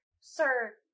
sir